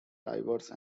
diverse